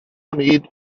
need